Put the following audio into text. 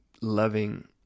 loving